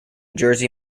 jersey